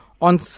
on